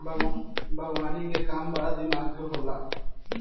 बागवानी के काम बड़ा दिमाग के काम होला